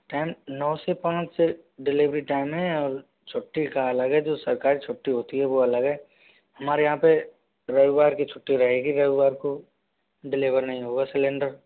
time नौ से पाँच डिलीवरी टाइम है और छुट्टी का अलग है जो सरकारी छुट्टी होती है वो अलग है हमारे यहाँ पे रविवार की छुट्टी रहेगी रविवार को डिलिवर नहीं होगा सिलिंडर